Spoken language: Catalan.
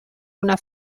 una